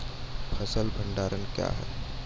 फसल भंडारण क्या हैं?